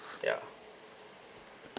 ya